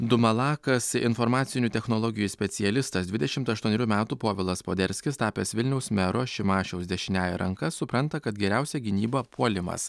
dumalakas informacinių technologijų specialistas dvidešimt aštuonerių metų povilas poderskis tapęs vilniaus mero šimašiaus dešiniąja ranka supranta kad geriausia gynyba puolimas